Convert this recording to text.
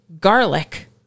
garlic